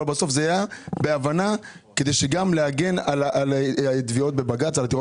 אבל בסוף זה היה בהבנה כדי גם להגן על תביעות בבג"צ.